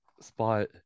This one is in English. Spot